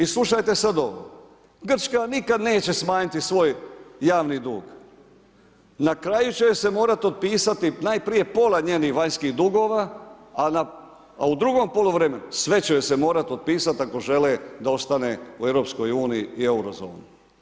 I slušajte sada ovo, Grčka nikada neće smanjiti svoj javni dug, na kraju će se morati otpisati najprije pola njenih vanjskih dugova, a u drugom poluvremenu sve će joj se morat otpisati ako žele da ostane u Europskoj uniji i euro zoni.